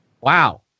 Wow